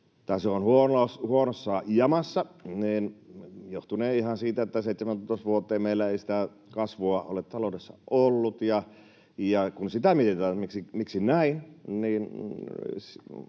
se on huonossa jamassa — se johtunee ihan siitä, että 17 vuoteen meillä ei kasvua ole taloudessa ollut. Ja kun sitä mietitään, että miksi näin,